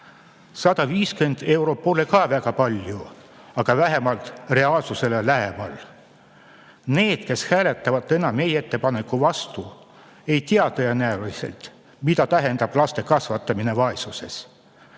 150 eurot pole ka väga palju, aga on vähemalt reaalsusele lähemal. Need, kes hääletavad täna meie ettepaneku vastu, ei tea tõenäoliselt, mida tähendab laste kasvatamine vaesuses.